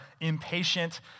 impatient